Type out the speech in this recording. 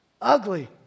ugly